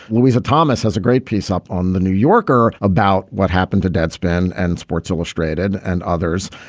louisa thomas has a great piece up on the new yorker about what happened to deadspin and sports illustrated and others.